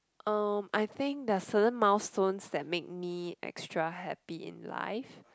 uh I think there are certain milestones that made me extra happy in life